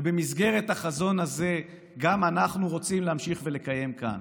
ובמסגרת החזון הזה גם אנחנו רוצים להמשיך ולקיים כאן.